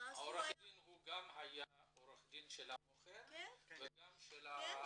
עורך הדין היה עורך הדין גם של המוכר וגם של ה- -- כן.